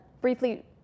briefly